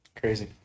Crazy